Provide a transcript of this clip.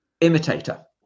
imitator